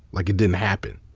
like it didn't happen.